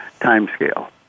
timescale